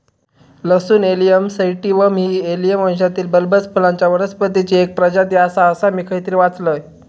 लसूण Allium sativum ही Allium वंशातील बल्बस फुलांच्या वनस्पतीची एक प्रजाती आसा, असा मी खयतरी वाचलंय